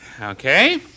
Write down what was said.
Okay